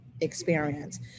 experience